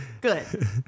good